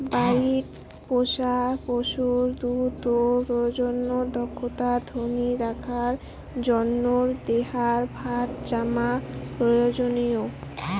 বাড়িত পোষা পশুর দুধ ও প্রজনন দক্ষতা ধরি রাখার জইন্যে দেহার ফ্যাট জমা প্রয়োজনীয়